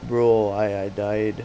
bro I I died